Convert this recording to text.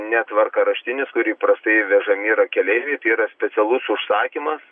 ne tvarkaraštinis kur įprastai vežami yra keleiviai tai yra specialus užsakymas